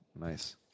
Nice